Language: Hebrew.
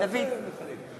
אינו נוכח קארין אלהרר,